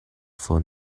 for